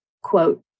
Quote